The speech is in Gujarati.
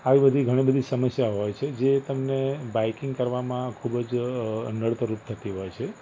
આવી બધી ઘણી બધી સમસ્યા હોય છે જે તમને બાઇકિંગ કરવામાં ખૂબ જ નડતરરૂપ થતી હોય છે